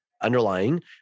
underlying